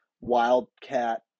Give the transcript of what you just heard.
wildcat